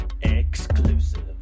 Exclusive